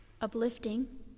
uplifting